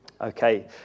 Okay